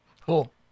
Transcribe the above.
Cool